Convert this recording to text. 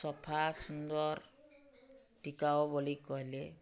ସଫା ସୁନ୍ଦର୍ ଟୀକାଓ ବଲି କହେଲେ